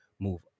move